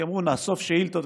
כי אמרו: נאסוף שאילתות.